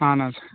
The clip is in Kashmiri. اَہن حظ